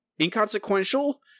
inconsequential